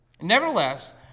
Nevertheless